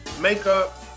makeup